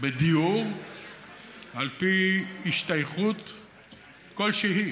בדיור על פי השתייכות כלשהי,